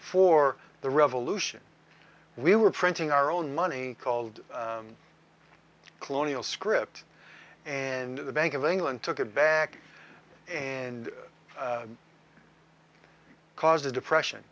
for the revolution we were printing our own money called colonial script and the bank of england took it back and caused the depression